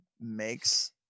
makes